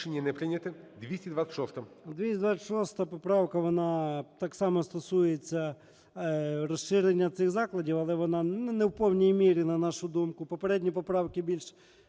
226 поправка, вона так само стосується розширення цих закладів, але вона, ну, не в повній мірі, на нашу думку. Попередні поправки більш